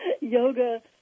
Yoga